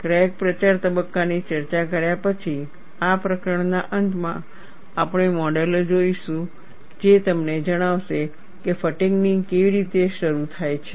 crack પ્રચાર તબક્કાની ચર્ચા કર્યા પછી આ પ્રકરણના અંતમાં આપણે મોડેલો પણ જોઈશું જે તમને જણાવશે કે ફટીગ કેવી રીતે શરૂ થાય છે